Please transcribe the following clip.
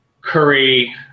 Curry